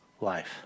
life